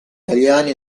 italiane